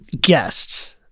guests